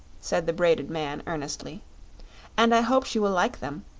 said the braided man, earnestly and i hope she will like them,